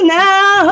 now